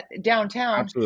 downtown